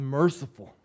merciful